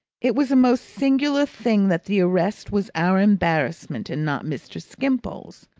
it was a most singular thing that the arrest was our embarrassment and not mr. skimpole's.